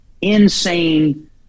insane